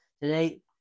today